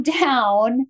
down